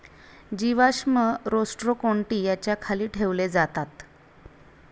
जीवाश्म रोस्ट्रोकोन्टि याच्या खाली ठेवले जातात